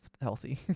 healthy